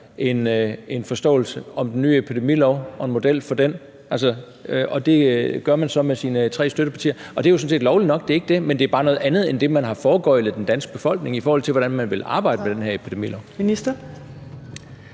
en forståelse af den nye epidemilov og en model for den. Og det gør man så med sine tre støttepartier. Og det er jo sådan set lovligt nok, det er ikke det, men det er bare noget andet end det, man har foregøglet den danske befolkning, i forhold til hvordan man vil arbejde med den her epidemilov. Kl.